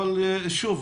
אבל שוב,